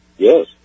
Yes